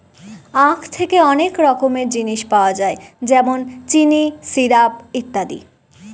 আঁখ থেকে অনেক রকমের জিনিস পাওয়া যায় যেমন চিনি, সিরাপ, ইত্যাদি